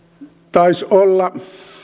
taisi olla